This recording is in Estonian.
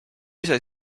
ise